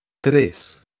Tres